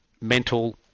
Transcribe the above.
mental